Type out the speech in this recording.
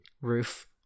roof